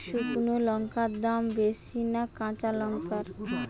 শুক্নো লঙ্কার দাম বেশি না কাঁচা লঙ্কার?